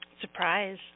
Surprise